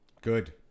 Good